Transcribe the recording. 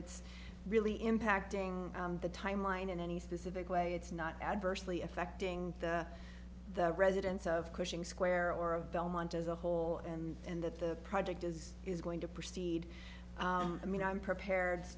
it's really impacting the timeline in any specific way it's not adversely affecting the residents of cushing square or of belmont as a whole and that the project is is going to proceed i mean i'm prepared